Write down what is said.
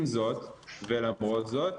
עם זאת ולמרות זאת,